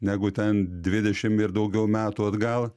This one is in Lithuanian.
negu ten dvidešimt ir daugiau metų atgal